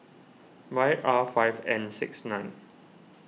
Y R five N six nine